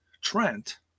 Trent